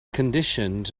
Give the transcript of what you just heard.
conditioned